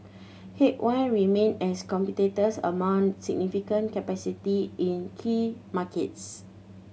remain as competitors mount significant capacity in key markets